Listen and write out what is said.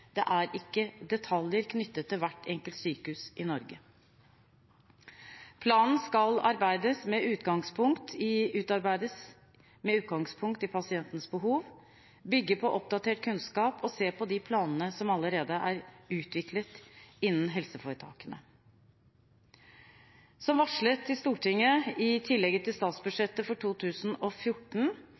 det er ikke detaljer knyttet til hvert enkelt sykehus i Norge. Planen skal utarbeides med utgangspunkt i pasientenes behov, bygge på oppdatert kunnskap, og man skal se på de planene som allerede er utviklet innen helseforetakene. Som varslet til Stortinget i tillegget til statsbudsjettet for 2014